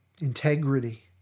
Integrity